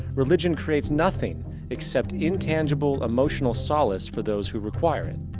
religion creates nothing except intangible emotional solace for those who require it.